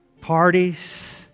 parties